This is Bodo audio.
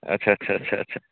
आदसा आदसा आदसा आदसा